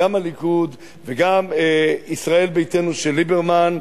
גם הליכוד וגם ישראל ביתנו של ליברמן,